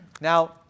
Now